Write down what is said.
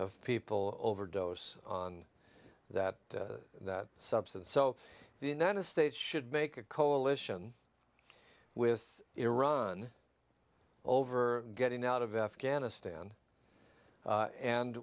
of people overdose on that that substance so the united states should make a coalition with iran over getting out of afghanistan a